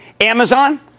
Amazon